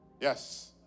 yes